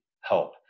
help